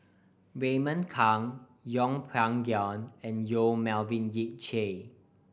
Raymond Kang Yeng Pway Ngon and Yong Melvin Yik Chye